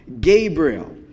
Gabriel